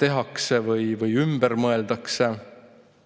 tehakse või ümber mõeldakse